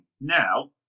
Now